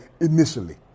initially